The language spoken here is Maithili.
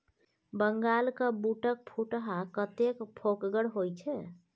बंगालक बूटक फुटहा कतेक फोकगर होए छै